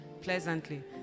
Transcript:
pleasantly